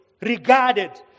regarded